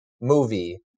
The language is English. movie